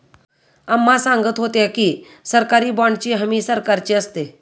अम्मा सांगत होत्या की, सरकारी बाँडची हमी सरकारची असते